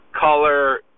color